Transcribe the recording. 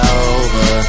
over